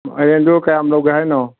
ꯃꯥꯏꯔꯦꯟꯗꯨ ꯀꯌꯥꯝ ꯂꯧꯒꯦ ꯍꯥꯏꯅꯣ